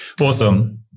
Awesome